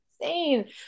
insane